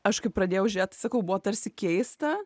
aš kai pradėjau žiūrėt sakau buvo tarsi keista